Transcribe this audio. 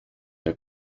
der